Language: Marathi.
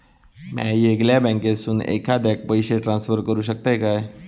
म्या येगल्या बँकेसून एखाद्याक पयशे ट्रान्सफर करू शकतय काय?